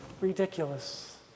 ridiculous